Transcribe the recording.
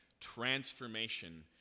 transformation